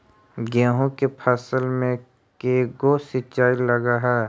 गेहूं के फसल मे के गो सिंचाई लग हय?